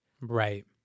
Right